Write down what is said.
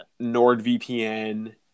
NordVPN